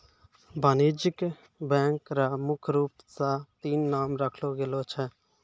वाणिज्यिक बैंक र मुख्य रूप स तीन नाम राखलो गेलो छै